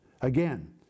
Again